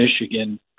Michigan